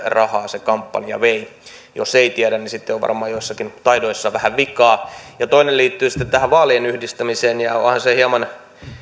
rahaa se kampanja vei jos ei tiedä niin sitten on varmaan joissakin taidoissa vähän vikaa toinen liittyy sitten tähän vaalien yhdistämiseen onhan se hieman